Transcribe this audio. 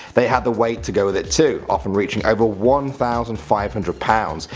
they had the weight to go with it too often reaching over one thousand five hundred pounds.